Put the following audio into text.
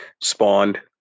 spawned